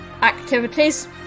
activities